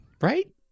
Right